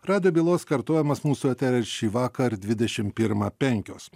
radijo bylos kartojimas mūsų eteryje ir šįvakar dvidešimt pirmą penkios